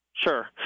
Sure